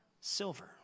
Silver